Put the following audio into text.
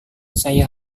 saya